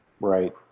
Right